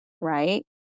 right